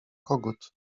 kogut